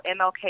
MLK